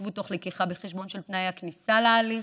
שעוצבו תוך הבאה בחשבון של תנאי הכניסה להליך,